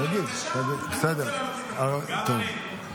גם אני.